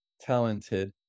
talented